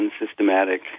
unsystematic